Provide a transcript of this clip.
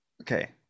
Okay